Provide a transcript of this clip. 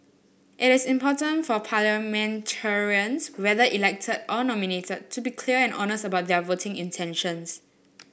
it is important for parliamentarians whether elected or nominated to be clear and honest about their voting intentions